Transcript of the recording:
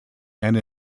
and